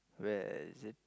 where is it